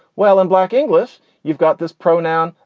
well, in black english you've got this pronoun,